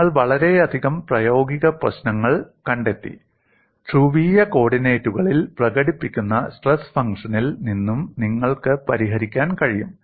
നിങ്ങൾ വളരെയധികം പ്രായോഗിക പ്രശ്നങ്ങൾ കണ്ടെത്തി ധ്രുവീയ കോർഡിനേറ്റുകളിൽ പ്രകടിപ്പിക്കുന്ന സ്ട്രെസ് ഫംഗ്ഷനിൽ നിന്നും നിങ്ങൾക്ക് പരിഹരിക്കാൻ കഴിയും